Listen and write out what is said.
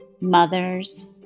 mothers